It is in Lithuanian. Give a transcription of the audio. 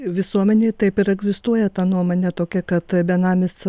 visuomenėj taip ir egzistuoja ta nuomonė tokia kad benamis